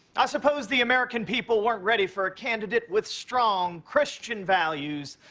i suppose the american people weren't ready for a candidate with strong christian values.